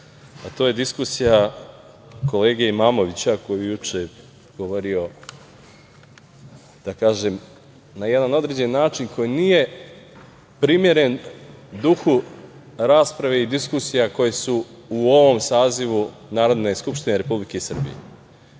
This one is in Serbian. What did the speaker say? a to je diskusija kolege Imamovića, koji je juče govorio, da kažem na jedan određeni način koji nije primeren duhu rasprave i diskusija koje su u ovom sazivu Narodne skupštine Republike Srbije. Niko